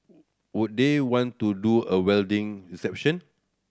would they want to do a wedding reception